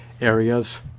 areas